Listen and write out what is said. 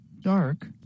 dark